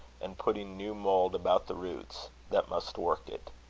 and putting new mould about the roots, that must work it.